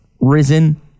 risen